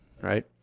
Right